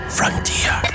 Frontier